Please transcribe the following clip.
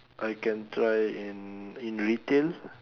I can try in in retail